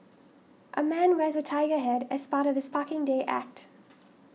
a man wears a tiger head as part of his Parking Day act